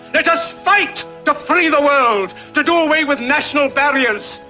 let us fight to free the world! to do away with national barriers!